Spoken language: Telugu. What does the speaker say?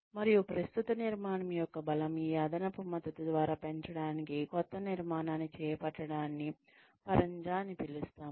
మరియు ప్రస్తుత నిర్మాణం యొక్క బలం ఈ అదనపు మద్దతు ద్వారా పెంచడానికి కొత్త నిర్మాణాన్ని చేపట్టడాన్ని పరంజా అని పిలుస్తాము